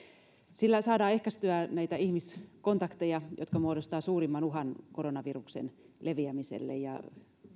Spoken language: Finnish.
sillä saadaan ehkäistyä näitä ihmiskontakteja jotka muodostavat suurimman uhan koronaviruksen leviämiselle